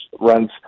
runs